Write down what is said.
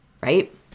right